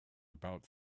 about